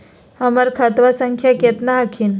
हमर खतवा संख्या केतना हखिन?